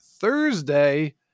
Thursday